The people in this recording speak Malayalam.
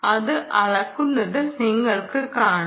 അത് അളക്കുന്നത് നിങ്ങൾക്ക് കാണാം